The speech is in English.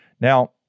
Now